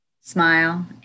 smile